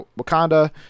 Wakanda